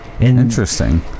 Interesting